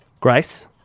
Grace